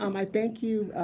um i thank you,